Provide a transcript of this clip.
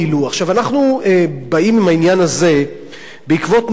אנחנו באים עם העניין הזה בעקבות ניסיון